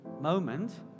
moment